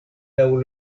laŭ